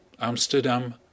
Amsterdam